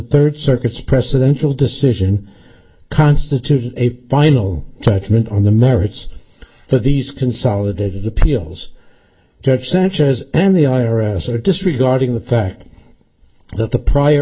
third circuit's presidential decision constituted a final judgment on the merits but these consolidated the peals judge sanchez and the i r s are disregarding the fact that the prior